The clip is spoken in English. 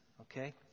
Okay